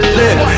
live